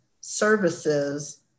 services